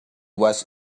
was